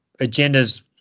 agendas